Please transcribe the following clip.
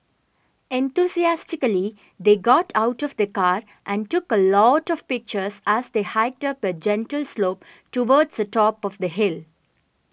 enthusiastically they got out of the car and took a lot of pictures as they hiked up a gentle slope towards the top of the hill